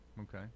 okay